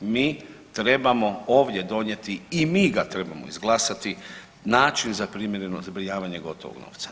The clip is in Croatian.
Mi trebamo ovdje donijeti i mi ga trebamo izglasati način za primjereno zbrinjavanje gotovog novca.